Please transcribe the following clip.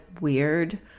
weird